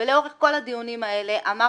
לאורך כל הדיונים האלה אמר